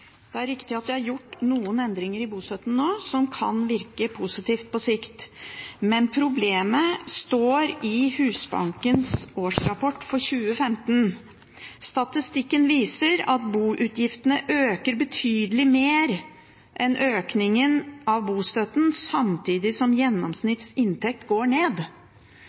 Det er riktig at det nå er gjort noen endringer i bostøtten som kan virke positivt på sikt, men problemet, slik det står i Husbankens årsrapport for 2015, er: «Statistikken viser at boutgiftene øker betydelig mer enn økningen av bostøtten, samtidig som gjennomsnittlig inntekt også går ned.»